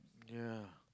ya